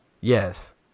yes